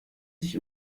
sich